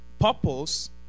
Purpose